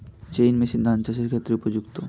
Chain machine ধান চাষের ক্ষেত্রে উপযুক্ত?